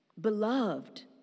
beloved